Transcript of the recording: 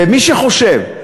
ומי שחושב,